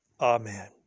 Amen